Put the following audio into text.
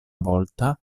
volta